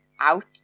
out